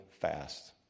fast